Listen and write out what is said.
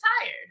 tired